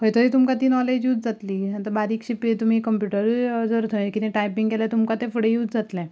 खंय तरी तुमकां ती नोलॅज यूज जातली आतां बारीकशी पळय तुमी कंप्यूटरूय जर थंय कितें टायपींग केल्यार तुमकां तें फुडें यूज जातलें